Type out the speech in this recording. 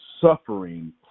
suffering